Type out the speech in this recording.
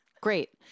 Great